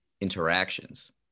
interactions